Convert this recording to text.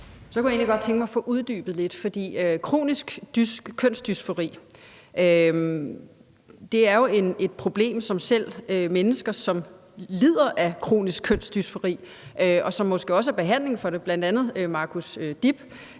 Så kunne jeg egentlig godt tænke mig at få uddybet det lidt, for kronisk kønsdysfori er jo et problem, og selv mennesker, som lider af kronisk kønsdysfori, og som måske også er i behandling for det, bl.a. Marcus Dib